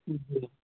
جی